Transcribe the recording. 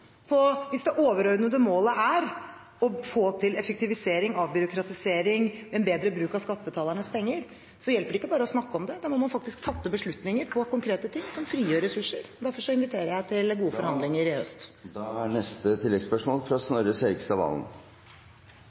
Hvis det overordnede målet er å få til effektivisering, avbyråkratisering, bedre bruk av skattebetalernes penger, hjelper det ikke bare å snakke om det, da må man faktisk fatte beslutninger om konkrete ting som frigjør ressurser. Derfor inviterer jeg til gode forhandlinger i